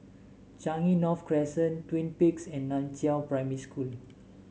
Changi North Crescent Twin Peaks and Nan Chiau Primary School